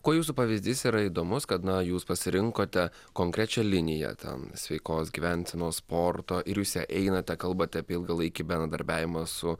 kuo jūsų pavyzdys yra įdomus kad na jūs pasirinkote konkrečią liniją ten sveikos gyvensenos sporto ir jūs ja einate kalbate apie ilgalaikį bendradarbiavimą su